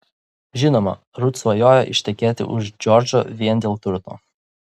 žinoma rut svajoja ištekėti už džordžo vien dėl turto